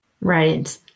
Right